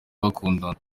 bakundana